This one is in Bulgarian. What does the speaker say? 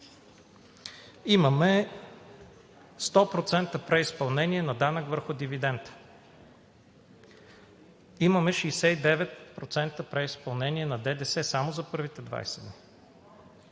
имаме 100% преизпълнение на данък върху дивидента, имаме 69% преизпълнение на ДДС само за първите 20